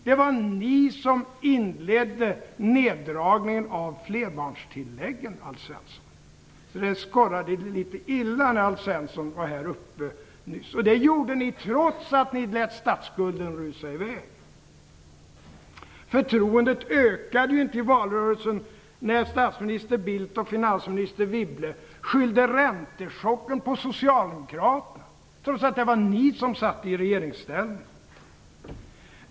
Det var ni som inledde neddragningen av flerbarnstilläggen, Alf Svensson! Det skorrade därför litet illa när Alf Svensson nyss stod här i talarstolen. Detta gjorde ni alltså, trots att ni lät statsskulden rusa i väg. Förtroendet ökade ju inte i valrörelsen när statsminister Bildt och finansminister Wibble skyllde räntechocken på Socialdemokraterna, trots att det var ni som var i regeringsställning.